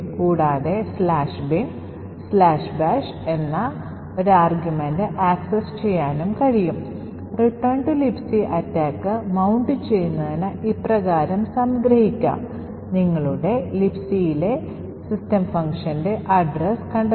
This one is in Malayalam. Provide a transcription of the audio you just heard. അതിനാൽ കാനറികളില്ലാതെ നിർദ്ദേശങ്ങളുടെ എണ്ണം വളരെ കുറവാണെന്ന് നിങ്ങൾ ഇവിടെ ശ്രദ്ധിക്കുന്നു പതിവുപോലെ ഒരു സ്റ്റാക്ക് ഫ്രെയിം സൃഷ്ടിച്ചിട്ടുണ്ടെന്നും തുടർന്ന് scanf നായി സജ്ജമാക്കേണ്ട ചില പാരാമീറ്ററുകൾ ഉണ്ടെന്നും തുടർന്ന് scanf ലേക്ക് ഒരു ക്ഷണം ഉണ്ടെന്നും ശ്രദ്ധിക്കുക